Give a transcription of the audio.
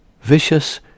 vicious